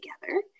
together